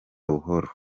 buhoro